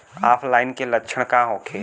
ऑफलाइनके लक्षण का होखे?